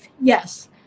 yes